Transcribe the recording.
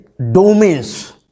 domains